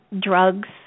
drugs